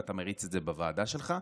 ואתה מריץ את זה בוועדה שלך.